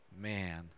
man